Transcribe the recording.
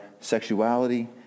sexuality